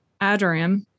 Adoram